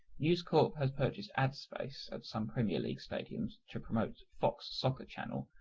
newscorp has purchased ad space at some premier league stadiums to promote fox soccer channel,